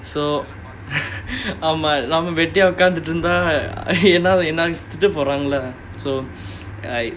so ஆமா நம்ம வெட்டியா உக்காந்துட்டு இருந்த என்ன என்ன திட்ட போறீங்களா:aamaa namma vettiyaa ukkaanthuttu iruntha enna enna thitta poreengalaa so I